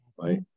right